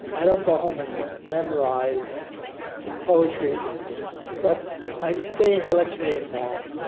i don't go home and memorize poetry but i stay intellectually involved.